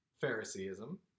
Phariseeism